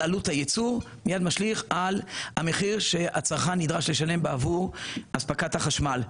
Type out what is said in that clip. על עלות הייצור ועל המחיר שהצרכן נדרש לשלם בעבור אספקת החשמל.